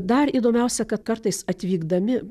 dar įdomiausia kad kartais atvykdami